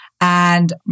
And-